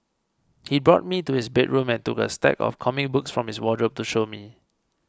he brought me to his bedroom and took a stack of comic books from his wardrobe to show me